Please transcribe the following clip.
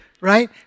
right